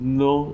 no